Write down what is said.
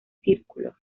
círculo